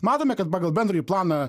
matome kad pagal bendrąjį planą